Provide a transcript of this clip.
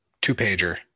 two-pager